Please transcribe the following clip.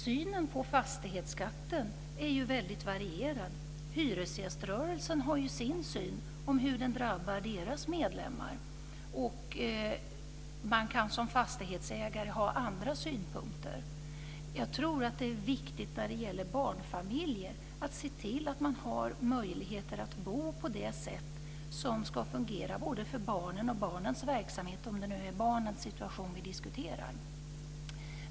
Synen på fastighetsskatten är väldigt varierad. Hyresgäströrelsen har sin syn på hur den drabbar dess medlemmar. Man kan som fastighetsägare ha andra synpunkter. Jag tror att det är viktigt när det gäller barnfamiljer att se till att man har möjligheter att bo på det sätt som ska fungera för barnen och barnens verksamhet, om det nu är barnens situation vi diskuterar.